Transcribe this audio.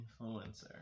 influencer